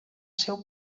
seu